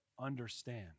understand